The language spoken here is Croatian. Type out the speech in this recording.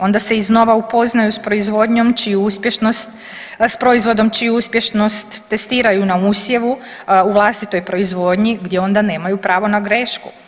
Onda se iznova upoznaju s proizvodnjom čiju uspješnost, s proizvodom čiju uspješnost testiraju na usjevu u vlastitoj proizvodnji gdje onda nemaju pravo na grešku.